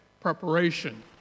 preparation